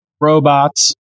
robots